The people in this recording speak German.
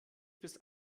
bis